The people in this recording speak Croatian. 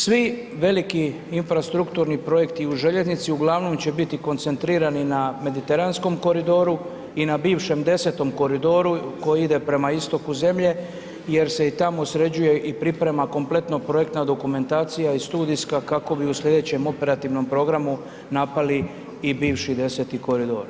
Svi veliki infrastrukturni projekti u željeznici uglavnom će biti koncentrirani na mediteranskom koridoru i na bivšem 10.-tom koridoru koji ide prema istoku zemlje jer se i tamo sređuje i priprema kompletno projektna dokumentacija i studijska kako bi u sljedećem operativnom programu napali i bivši 10.-ti koridor.